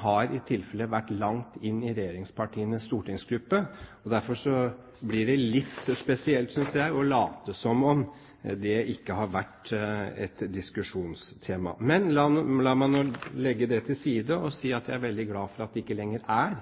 har vært langt inne i regjeringspartienes stortingsgrupper. Derfor blir det litt spesielt, synes jeg, å late som om det ikke har vært et diskusjonstema. Men la meg nå legge det til side og si at jeg er veldig glad for at det ikke lenger er